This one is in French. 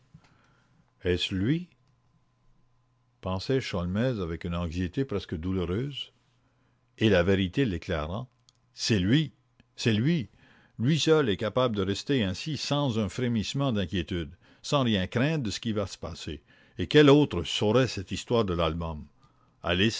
est-ce lui pensait sholmès avec une anxiété presque douloureuse un mouvement instintif et la vérité l'éclairant c'est lui c'est lui lui seul est capable de rester ainsi sans un frémissement d'inquiétude sans rien craindre de ce qui va se passer et quel autre saurait cette his toire de l'album alice